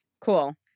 Cool